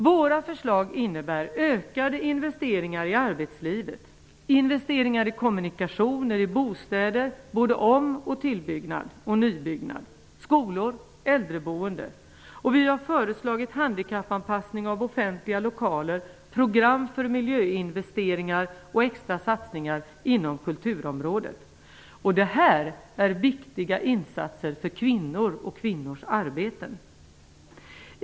Våra förslag innebär ökade investeringar i arbetslivet samt investeringar i kommunikationer och i bostäder -- om och tillbyggnader, skolor och äldreboende. Vi har föreslagit handikappanpassning av offentliga lokaler, program för miljöinvesteringar och extra satsningar inom kulturområdet. Detta är viktiga insatser för kvinnor och kvinnors arbeten.